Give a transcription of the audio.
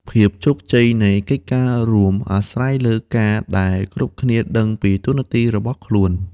ភាពជោគជ័យនៃកិច្ចការរួម អាស្រ័យលើការដែលគ្រប់គ្នាដឹងពីតួនាទីរបស់ខ្លួន។